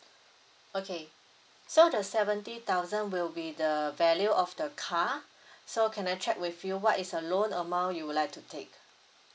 okay so the seventy thousand will be the value of the car so can I check with you what is a loan amount you would like to take